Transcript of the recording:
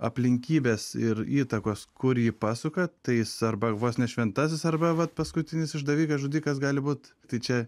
aplinkybės ir įtakos kur jį pasuka tai jis arba vos ne šventasis arba vat paskutinis išdavikas žudikas gali būt tai čia